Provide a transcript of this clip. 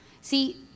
See